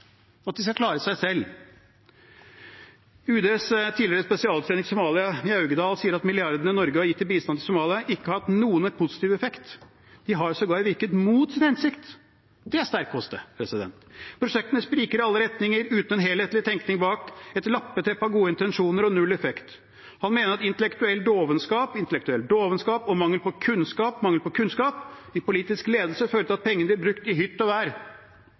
at de skal klare seg selv. UDs tidligere spesialutsending til Somalia, Mjaugedal, sier at milliardene Norge har gitt i bistand til Somalia, ikke har hatt noen positiv effekt – de har sågar virket mot sin hensikt. Det er sterk kost. Prosjektene spriker i alle retninger, uten en helhetlig tenkning bak – et lappeteppe av gode intensjoner og null effekt. Han mener at intellektuell dovenskap og mangel på kunnskap – intellektuell dovenskap og mangel på kunnskap – i politisk ledelse fører til at penger blir brukt i hytt og vær